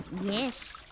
Yes